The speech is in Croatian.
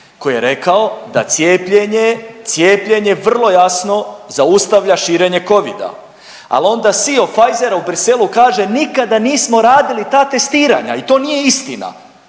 koji je rekao da cijepljenje vrlo jasno zaustavlja širenje covida. Ali onda …/Govornik se ne razumije./… Pfizera u Bruxellesu kaže nikada nismo radili ta testiranja i to nije istina.